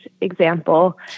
example